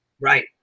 Right